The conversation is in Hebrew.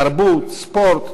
תרבות וספורט,